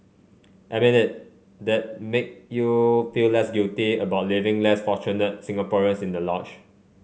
admit it that make you feel less guilty about leaving less fortunate Singaporeans in the lurch